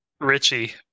Richie